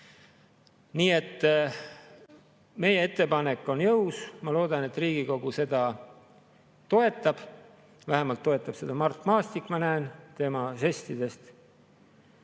Nii et meie ettepanek on jõus. Ma loodan, et Riigikogu seda toetab. Vähemalt toetab seda Mart Maastik, ma näen tema žestidest.